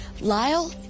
Lyle